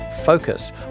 focus